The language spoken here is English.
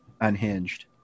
unhinged